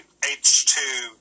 H2